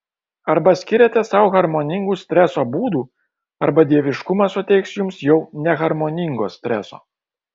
arba skiriate sau harmoningų streso būdų arba dieviškumas suteiks jums jau neharmoningo streso